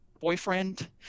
boyfriend